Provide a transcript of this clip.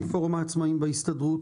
מפורום העצמאיים בהסתדרות.